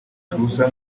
tuza